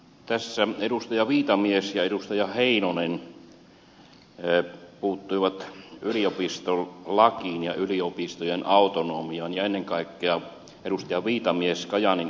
tässä edustaja viitamies ja edustaja heinonen puuttuivat yliopistolakiin ja yliopistojen autonomiaan ja ennen kaikkea edustaja viitamies kajaanin opettajankoulutuksen lakkauttamiseen